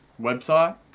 website